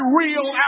real